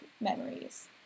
memories